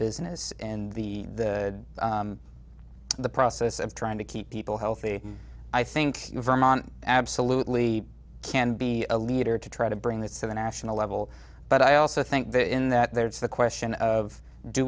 business and the the process of trying to keep people healthy i think vermont absolutely can be a leader to try to bring this to the national level but i also think that in that there's the question of do